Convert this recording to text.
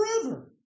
forever